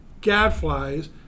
gadflies